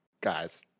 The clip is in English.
guys